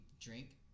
drink